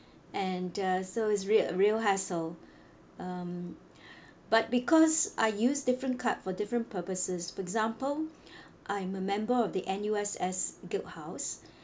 and uh so it's real real hassle um but because I use different card for different purposes for example I'm a member of the N_U_S_S guild house